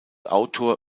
autor